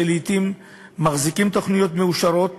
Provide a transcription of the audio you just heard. שלעתים מחזיקים תוכניות מאושרות